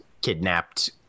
kidnapped